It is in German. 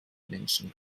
menschen